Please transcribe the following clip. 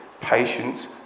patience